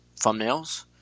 thumbnails